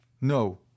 No